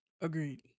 Agreed